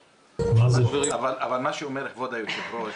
אומרת, כבוד היושב ראש,